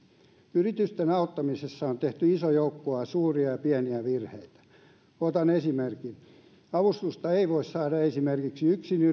yritysten auttamisessa on tehty iso joukko suuria ja pieniä virheitä otan esimerkin avustusta ei voi saada esimerkiksi